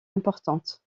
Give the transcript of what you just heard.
importantes